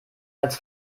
als